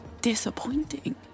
disappointing